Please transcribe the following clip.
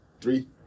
Three